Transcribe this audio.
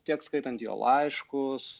tiek skaitant jo laiškus